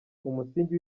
umusingi